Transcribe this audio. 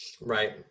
Right